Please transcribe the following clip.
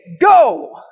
go